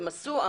הם עשו.